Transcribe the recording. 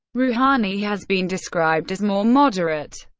rouhani has been described as more moderate,